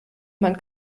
man